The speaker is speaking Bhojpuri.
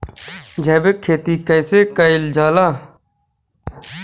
जैविक खेती कईसे कईल जाला?